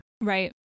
Right